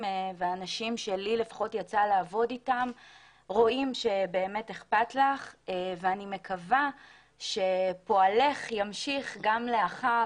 לכן צריך להוכיח שאותו אדם שלרוב הוא בעל מקצוע או איש עסקים